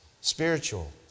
Spiritual